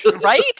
Right